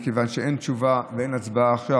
מכיוון שאין תשובה ואין הצבעה עכשיו.